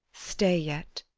stay yet,